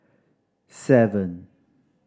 seven